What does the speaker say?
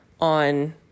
on